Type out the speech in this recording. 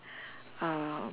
um